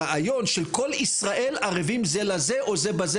הרעיון של כל ישראל ערבים זה לזה או זה בזה.